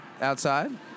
outside